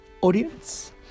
audience